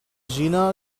china